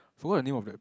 forgot the name of that